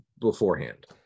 beforehand